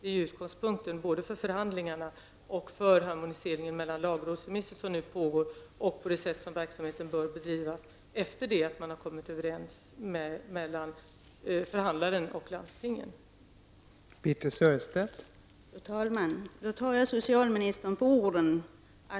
Det är utgångspunkten både för förhandlingarna och för harmoniseringen mellan lagrådsremissen som nu pågår och det sätt på vilket verksamheten skall bedrivas efter det att förhandlaren och landstingen kommit överens.